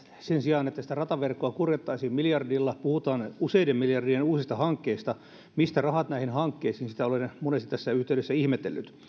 sen sijaan että sitä rataverkkoa korjattaisiin miljardilla puhutaan useiden miljardien uusista hankkeista mistä rahat näihin hankkeisiin sitä olen monesti tässä yhteydessä ihmetellyt